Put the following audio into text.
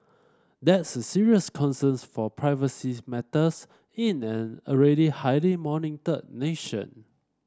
that's a serious concerns for privacy matters in an already highly monitored nation